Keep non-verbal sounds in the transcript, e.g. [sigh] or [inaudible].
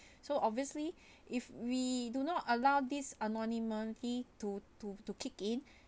[breath] so obviously [breath] if we do not allow this anonymity to to to kick in [breath]